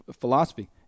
philosophy